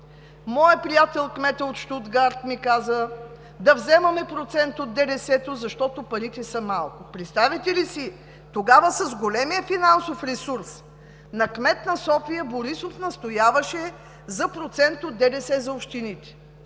„Моят приятел, кметът от Щутгарт, ми каза да вземаме процент от ДДС-то, защото парите са малко.“ Представяте ли си? Тогава, с големия финансов ресурс на кмет на София, Борисов настояваше за процент от ДДС за общините?!